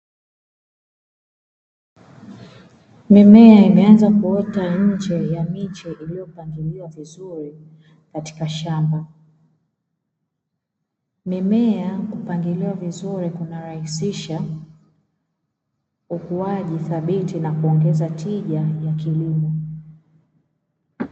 Mimea imeanza kuota nje ya miche iliyopangilia vizuri katika shamba, mimea kupangilia vizuri kunarahisisha ukuaji thabiti na kuongeza tija ya kilimo.